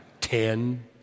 Ten